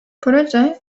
proje